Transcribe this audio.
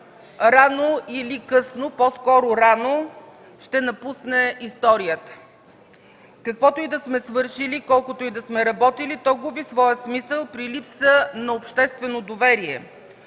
рано или късно, по-скоро рано, ще напусне историята. Каквото и да сме свършили, колкото и да сме работили, то губи своя смисъл при липса на обществено доверие.